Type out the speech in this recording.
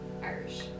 Irish